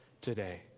today